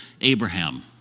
Abraham